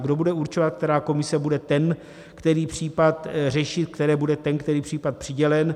Kdo bude určovat, která komise bude ten který případ řešit, které bude ten který případ přidělen?